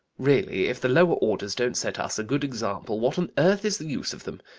really, if the lower orders don't set us a good example, what on earth is the use of them?